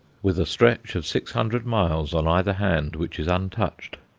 with a stretch of six hundred miles on either hand which is untouched.